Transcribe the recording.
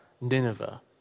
Nineveh